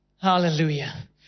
Hallelujah